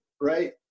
right